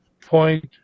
Point